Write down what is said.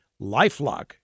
LifeLock